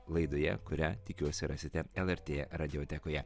laidoje kurią tikiuosi rasite lrt radiotekoje